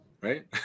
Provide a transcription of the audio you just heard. Right